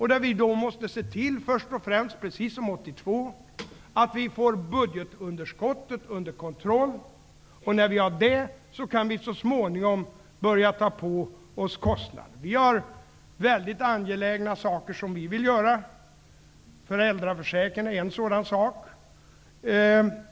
I det sammanhanget måste vi först och främst, precis som 1982, se till att vi får budgetunderskottet under kontroll. Och när vi har det kan vi så småningom börja ta på oss kostnader. Vi har mycket angelägna saker som vi vill göra. Föräldraförsäkringen är en sådan sak.